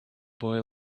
boy